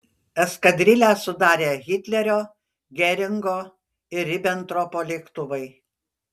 eskadrilę sudarė hitlerio geringo ir ribentropo lėktuvai